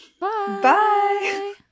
Bye